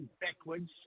backwards